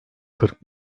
kırk